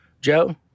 Joe